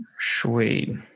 Sweet